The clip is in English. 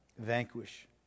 Vanquish